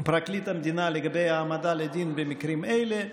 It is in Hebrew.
פרקליט המדינה לגבי העמדה לדין במקרים אלה,